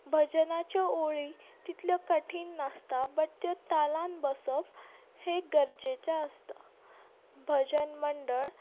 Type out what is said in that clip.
भजनाच्यो ओळी तितल्यो कठीण नासता बट त्यो तालान बसप हें गरजेचें आसता भजन मंडळ